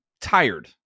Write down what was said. tired